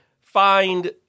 find